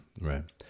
Right